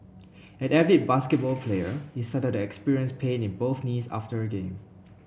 an avid basketball player he started experience pain in both knees after a game